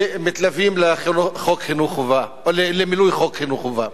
שמתלווים למילוי חוק חינוך חובה.